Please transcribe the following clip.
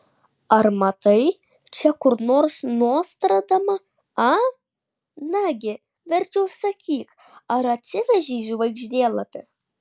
ar matai čia kur nors nostradamą a nagi verčiau sakyk ar atsivežei žvaigždėlapį